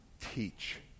teach